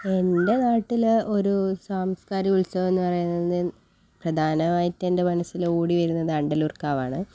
എൻ്റെ നാട്ടിൽ ഒരു സാംസ്കാരിക ഉത്സവം എന്നു പറയുന്നത് പ്രധാനമായിട്ടെൻ്റെ മനസ്സിൽ ഓടി വരുന്നത് ആണ്ടല്ലൂർ കാവാണ്